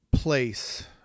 place